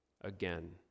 again